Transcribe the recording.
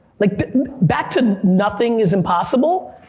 like but back to nothing is impossible,